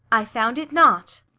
i found it not.